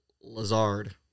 Lazard